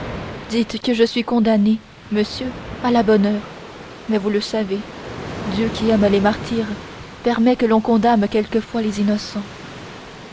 dites que je suis condamnée monsieur à la bonne heure mais vous le savez dieu qui aime les martyrs permet que l'on condamne quelquefois les innocents